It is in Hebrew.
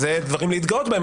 אלה דברים להתגאות בהם.